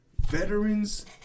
veterans